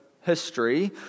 history